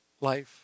life